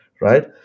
right